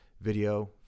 video